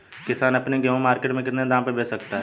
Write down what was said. किसान अपना गेहूँ मार्केट में कितने दाम में बेच सकता है?